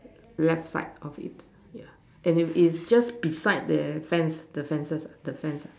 left side of it yeah and it it's just beside the fence the fences the fence ah